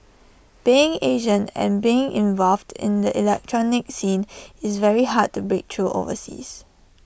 being Asian and being involved in the electronic scene IT was very hard to break through overseas